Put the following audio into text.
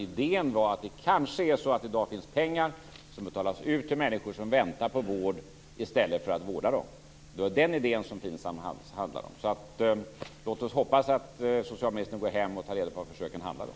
Idén var att det i dag kan finnas pengar som betalas ut till människor som väntar på vård i stället för att vårda dem. Det var den idén som FINSAM gällde. Låt oss hoppas att socialministern går hem och tar reda på vad försöken handlar om.